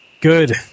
Good